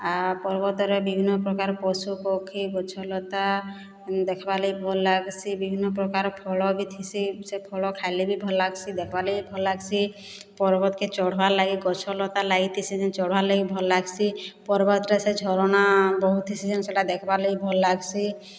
ପର୍ବତରେ ବିଭିନ୍ନପ୍ରକାର୍ ପଶୁ ପକ୍ଷୀ ଗଛଲତା ଦେଖବାର୍ଲାଗି ଭଲ୍ ଲାଗ୍ସି ବିଭିନ୍ନପ୍ରକାର ଫଳ ବି ଥିସି ସେ ଫଳ ଖାଏଲେ ବି ଭଲ୍ ଲାଗ୍ସି ଦେଖବାର୍ ଲାଗି ଭଲ୍ ଲାଗ୍ସି ପର୍ବତ୍କେ ଚଢ଼୍ବାର୍ ଲାଗି ଗଛଲତା ଲାଗିଥିସି ଯେନ୍ ଚଢ଼୍ବାର୍ ଲାଗି ଭଲ୍ ଲାଗ୍ସି ପର୍ବତରେ ସେ ଝରଣା ବହୁଥିସନ୍ ଯେନ୍ ସେଟା ଦେଖ୍ବାର୍ ଲାଗି ଭଲ୍ ଲାଗ୍ସି